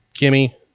Kimmy